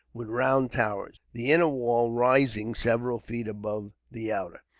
with round towers, the inner wall rising several feet above the outer.